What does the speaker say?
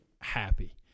happy